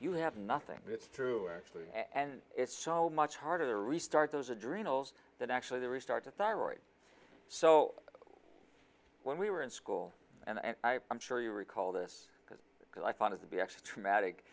you have nothing that's true actually and it's so much harder to restart those adrenals than actually to restart the thyroid so when we were in school and i i'm sure you recall this because i found it to be actually traumatic